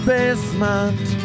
Basement